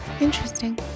Interesting